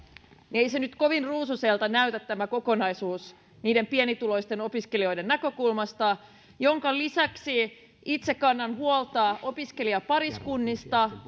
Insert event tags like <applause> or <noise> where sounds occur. niin ei se nyt kovin ruusuiselta näytä tämä kokonaisuus niiden pienituloisten opiskelijoiden näkökulmasta lisäksi itse kannan huolta opiskelijapariskunnista <unintelligible>